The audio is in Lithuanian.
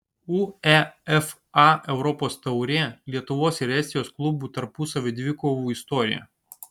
uefa europos taurė lietuvos ir estijos klubų tarpusavio dvikovų istorija